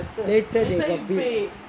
later they got bill